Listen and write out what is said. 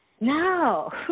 no